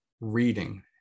reading